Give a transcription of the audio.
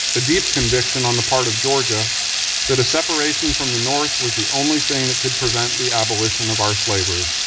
a deep conviction on the part of georgia that a separation from the north was the only thing that could prevent the abolition of our slavery.